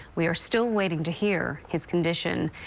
we are still waiting to hear his condition.